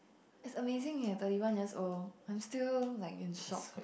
it's amazing eh thirty one years old I'm still like in shock